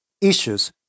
issues